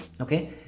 Okay